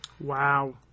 wow